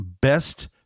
Best